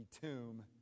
tomb